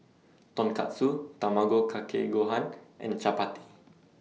Tonkatsu Tamago Kake Gohan and Chapati